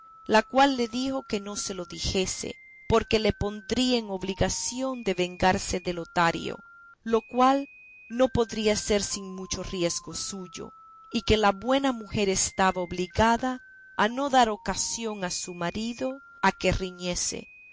la cual le dijo que no se lo dijese porque le pondría en obligación de vengarse de lotario lo cual no podría ser sin mucho riesgo suyo y que la buena mujer estaba obligada a no dar ocasión a su marido a que riñese